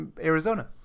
Arizona